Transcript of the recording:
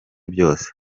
byose